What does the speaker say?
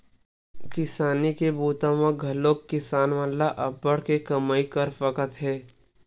किसानी के बूता म घलोक किसान मन अब्बड़ के कमई कर सकत हे